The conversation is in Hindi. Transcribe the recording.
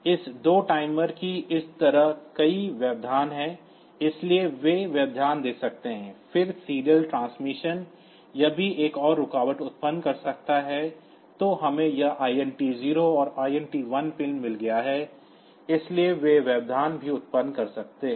इस 2 टाइमर की तरह कई व्यवधान हैं इसलिए वे व्यवधान दे सकते हैं फिर सीरियल ट्रांसमिशन यह भी एक और रुकावट उत्पन्न कर सकता है तो हमें यह INT0 और INT1 पिन मिल गया है इसलिए वे व्यवधान भी उत्पन्न कर सकते हैं